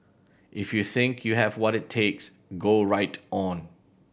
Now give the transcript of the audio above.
if you think you have what it takes go right on